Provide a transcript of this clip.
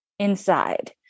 inside